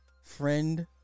friend